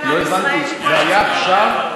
של כולם,